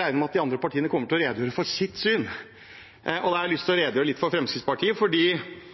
regner med at de andre partiene kommer til å redegjøre for sitt syn, og jeg vil da gå over til å redegjøre for Fremskrittspartiets synspunkter. Naprapater og osteopater har jeg vært med å kjempe for